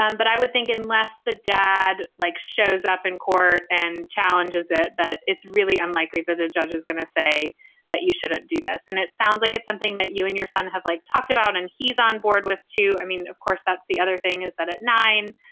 um but i would think unless the dad, like, shows up in court and challenges it, that it's really unlikely that a judge is going to say that you shouldn't do this. and it sounds like it's something that you and your son have like talked about and he's on board with, too. i mean, of course, that's the other thing is that at nine